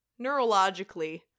Neurologically